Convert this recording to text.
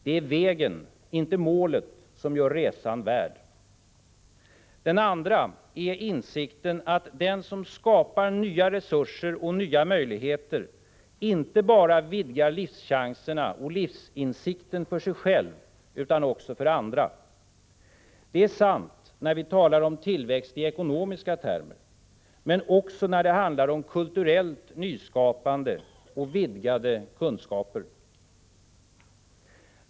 ”Det är vägen, inte målet, som gör resan värd.” Den andra är insikten att den som skapar nya resurser och nya möjligheter inte vidgar livschanserna och livsinsikten bara för sig själv utan också för andra. Det är sant när vi talar om tillväxt i ekonomiska termer men också när det handlar om kulturellt nyskapande och vidgade kunskaper.